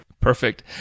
Perfect